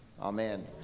Amen